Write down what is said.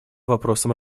вопросам